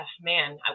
man